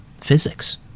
physics